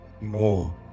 more